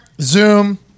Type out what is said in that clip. Zoom